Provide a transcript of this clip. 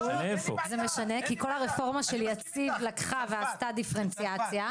כי כל הרפורמה של יציב לקחה ועשתה דיפרנציאציה.